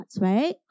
right